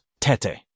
tete